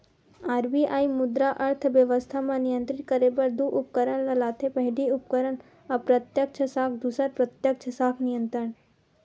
RBI मुद्रा अर्थबेवस्था म नियंत्रित करे बर दू उपकरन ल लाथे पहिली उपकरन अप्रत्यक्छ साख दूसर प्रत्यक्छ साख नियंत्रन